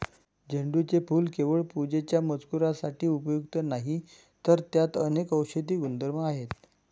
झेंडूचे फूल केवळ पूजेच्या मजकुरासाठी उपयुक्त नाही, तर त्यात अनेक औषधी गुणधर्म आहेत